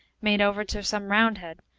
made over to some roundhead,